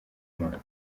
imana